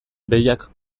behiak